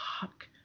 fuck